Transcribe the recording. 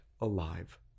alive